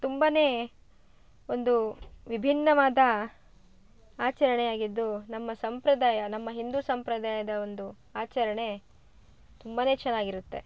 ತುಂಬಾನೇ ಒಂದು ವಿಭಿನ್ನವಾದ ಆಚರಣೆಯಾಗಿದ್ದು ನಮ್ಮ ಸಂಪ್ರದಾಯ ನಮ್ಮ ಹಿಂದೂ ಸಂಪ್ರದಾಯದ ಒಂದು ಆಚರಣೆ ತುಂಬನೇ ಚನ್ನಾಗಿರುತ್ತೆ